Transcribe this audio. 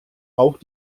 auch